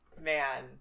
man